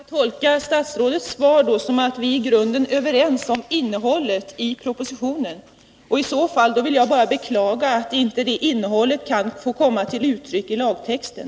Herr talman! Skall jag då tolka statsrådets svar så att vi i grunden är överens om innehållet i propositionen? I så fall vill jag bara beklaga att det innehållet inte får komma till uttryck i lagtexten.